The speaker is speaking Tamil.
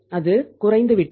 அது குறைந்து விட்டது